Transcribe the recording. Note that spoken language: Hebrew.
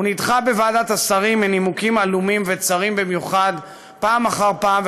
הוא נדחה בוועדת השרים מנימוקים עלומים וצרים במיוחד פעם אחר פעם,